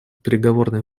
переговорный